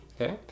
okay